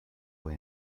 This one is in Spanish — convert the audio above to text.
fue